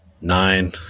Nine